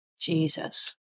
Jesus